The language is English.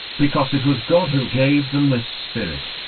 because it was god who gave them this spirit,